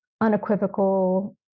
unequivocal